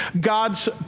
God's